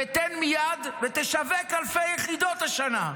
תן מייד, ותשווק אלפי יחידות השנה.